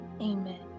Amen